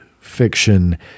fiction